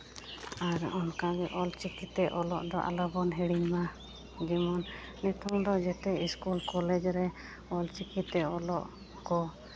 ᱟᱨ ᱚᱱᱠᱟ ᱜᱮ ᱚᱞ ᱪᱤᱠᱤ ᱛᱮ ᱚᱞᱚᱜ ᱫᱚ ᱟᱞᱚ ᱵᱚᱱ ᱦᱤᱲᱤᱧ ᱢᱟ ᱡᱮᱢᱚᱱ ᱱᱤᱛᱳᱝ ᱫᱚ ᱡᱮᱛᱮ ᱥᱠᱩᱞ ᱠᱚᱞᱮᱡᱽ ᱨᱮ ᱚᱞ ᱪᱤᱠᱤ ᱛᱮ ᱚᱞᱚᱜ ᱠᱚ